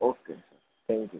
okay sir thank you